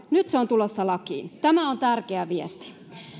nyt se on tulossa lakiin tämä on tärkeä viesti